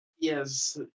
Yes